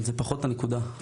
אבל זה פחות הנקודה.